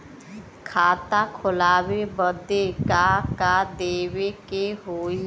खाता खोलावे बदी का का देवे के होइ?